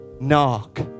Knock